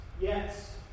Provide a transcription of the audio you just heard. Yes